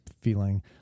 feeling